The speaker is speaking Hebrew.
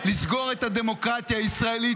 חברת הכנסת גלית דיסטל,